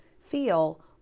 feel